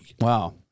Wow